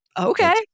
okay